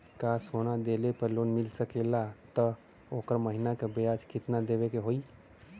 का सोना देले पे लोन मिल सकेला त ओकर महीना के ब्याज कितनादेवे के होई?